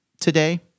today